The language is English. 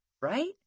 right